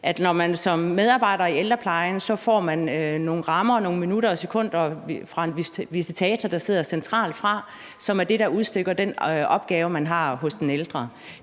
at man som medarbejder i ældreplejen får nogle rammer og nogle minutter og sekunder fra en visitator, der sidder centralt og udstikker den opgave, man har hos den ældre.